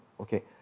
okay